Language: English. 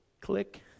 click